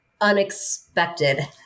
unexpected